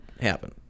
happen